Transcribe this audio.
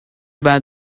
bad